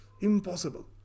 Impossible